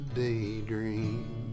daydream